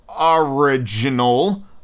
Original